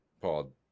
Paul